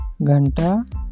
Ganta